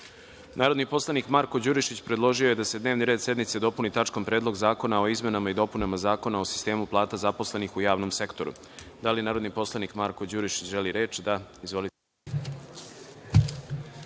predlog. Narodni poslanik Marko Đurišić predložio je da se dnevni red sednice dopuni tačkom - Predlog zakona o izmenama i dopunama Zakona o sistemu plata zaposlenih u javnom sektoru. Da li narodni poslanik Marko Đurišić želi reč? (Da.)